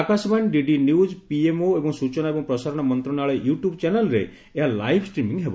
Akashvani DD news PMO ଏବଂ ସ୍ଟଚନା ଏବଂ ପ୍ରସାରଣ ମନ୍ତଶାଳୟ ୟୁଟ୍ୟୁବ୍ ଚ୍ୟାନେଲ୍ରେ ଏହା ଲାଇଭ୍ ଷ୍ଟିମିଂ ହେବ